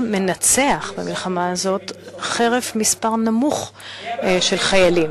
מנצח במלחמה הזאת חרף המספר הקטן של חייליו,